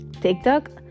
TikTok